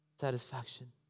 Satisfaction